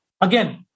again